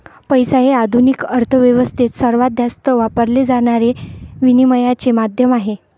पैसा हे आधुनिक अर्थ व्यवस्थेत सर्वात जास्त वापरले जाणारे विनिमयाचे माध्यम आहे